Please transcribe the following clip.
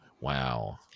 Wow